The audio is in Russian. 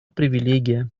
привилегия